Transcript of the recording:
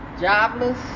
jobless